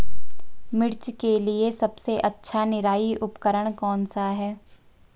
मिर्च के लिए सबसे अच्छा निराई उपकरण कौनसा है?